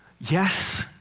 Yes